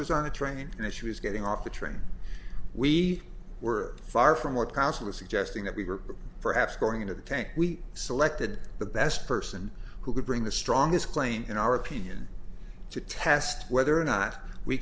was on the train and as she was getting off the train we were far from our consulate suggesting that we were perhaps going into the tank we selected the best person who could bring the strongest plane in our opinion to test whether or not we